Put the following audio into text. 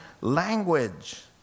language